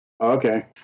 okay